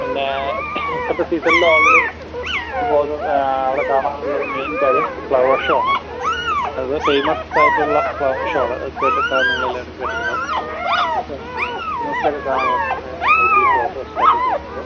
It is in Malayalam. പിന്നെ ഇപ്പോഴത്തെ സീസണിൽ ഓൾറെഡി പോകും അവിടെ കാണാൻ ഉള്ളൊരു മെയിൻ കാര്യം ഫ്ലവർ ഷോ ആണ് അത് ഫേമസ് ആയിട്ടുള്ള ഫ്ലവർ ഷോ ആണ് അത് കേട്ടിട്ടുണ്ടാവും നിങ്ങൾ എല്ലാവരും കേട്ടിട്ടുണ്ടാവും ന്യൂസ് ന്യൂസിലൊക്കെ കാണും ഊട്ടി ഫ്ലവർ ഷോ സ്റ്റാർട്ട് ചെയ്തു എന്ന് പറഞ്ഞിട്ട്